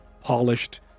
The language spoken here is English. polished